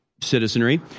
citizenry